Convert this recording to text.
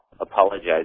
apologize